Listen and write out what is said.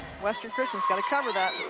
western christian has got to cover that.